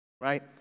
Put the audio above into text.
right